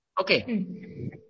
Okay